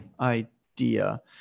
idea